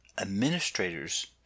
Administrators